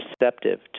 receptive